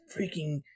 freaking